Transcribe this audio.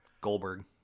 Goldberg